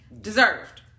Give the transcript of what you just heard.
Deserved